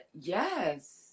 yes